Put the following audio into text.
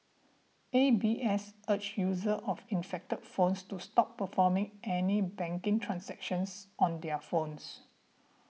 A B S urged users of infected phones to stop performing any banking transactions on their phones